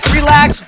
relax